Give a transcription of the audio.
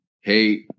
Hey